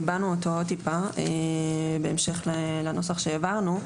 ליבנו אותו עוד טיפה בהמשך לנוסח שהעברנו,